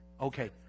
Okay